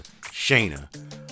Shayna